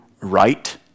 right